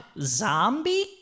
zombie